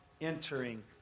entering